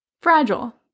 fragile